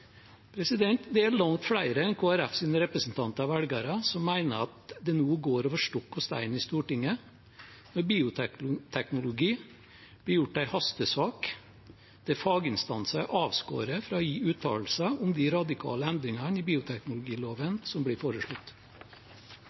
Det er langt flere enn Kristelig Folkepartis representanter og velgere som mener at det går over stokk og stein i Stortinget når bioteknologi nå blir gjort til en hastesak der faginstanser er avskåret fra å gi uttalelser om de radikale endringene i bioteknologiloven som blir foreslått.